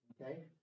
Okay